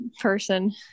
person